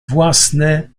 własne